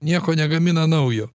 nieko negamina naujo